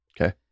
Okay